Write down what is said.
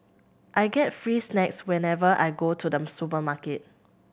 I get free snacks whenever I go to the supermarket